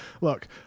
look –